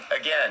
again